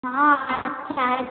हँ तऽ आबिके लऽ जाउ